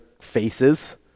faces